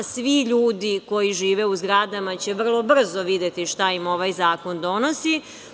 Svi ljudi koji žive u zgradama će vrlo brzo videti šta im ovaj zakon donosi.